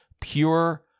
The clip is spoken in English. pure